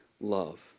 love